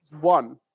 one